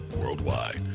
worldwide